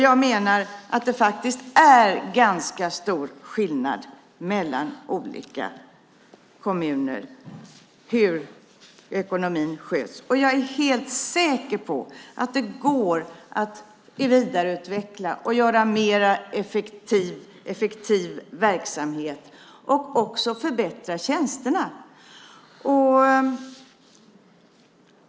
Jag menar att det faktiskt är ganska stor skillnad mellan olika kommuner när det gäller hur ekonomin sköts. Jag är helt säker på att det går att vidareutveckla verksamheten och göra den mer effektiv och även förbättra tjänsterna.